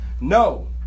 No